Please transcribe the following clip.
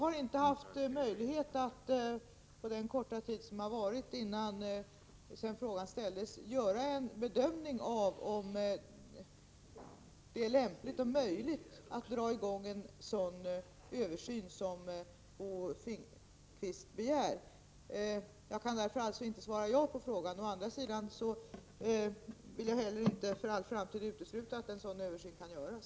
På den korta tid som gått sedan frågan ställdes har jag inte haft möjlighet att göra en bedömning av om det är lämpligt och möjligt att göra en sådan översyn som Bo Finnkvist begär. Jag kan därför inte svara ja på den fråga han ställde. Å andra sidan vill jag inte heller för all framtid utesluta att en sådan översyn kan göras.